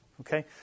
okay